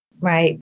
Right